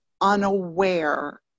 unaware